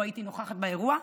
לא הייתי נוכחת באירוע,